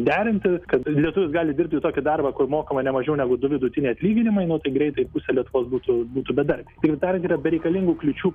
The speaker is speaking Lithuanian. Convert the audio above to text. derinti kad lietuvis gali dirbti tokį darbą kur mokama ne mažiau negu du vidutiniai atlyginimai nu tai greitai pusė lietuvos būtų būtų bedarbiai tik dar yra bereikalingų kliūčių